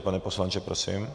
Pane poslanče, prosím.